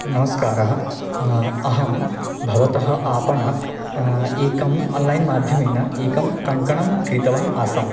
नमस्कारः अहं भवतः आपणात् एकम् आन्लैन् माध्यमेन एकं कङ्कणं क्रीतवान् आसम्